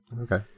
okay